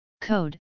code